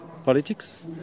politics